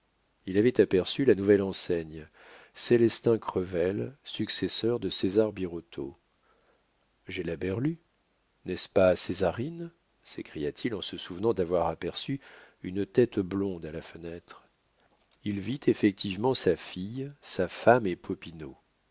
il avait aperçu la nouvelle enseigne célestin crevel successeur de césar birotteau j'ai la berlue n'est-ce pas césarine s'écria-t-il en se souvenant d'avoir aperçu une tête blonde à la fenêtre il vit effectivement sa fille sa femme et popinot